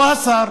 לא השר,